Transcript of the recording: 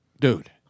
Dude